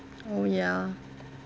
oh ya